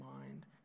mind